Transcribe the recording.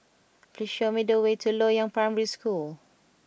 please show me the way to Loyang Primary School